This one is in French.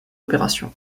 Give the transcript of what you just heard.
opération